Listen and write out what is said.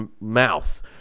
mouth